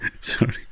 sorry